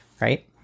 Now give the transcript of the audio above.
Right